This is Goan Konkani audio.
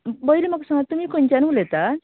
पयलीं म्हाका सांग तुमी खंयच्यान उलयता